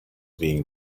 being